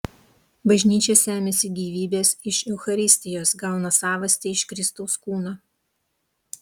bažnyčia semiasi gyvybės iš eucharistijos gauną savastį iš kristaus kūno